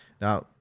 Now